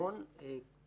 המון